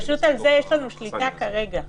פשוט על זה יש לנו שליטה כרגע.